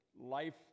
life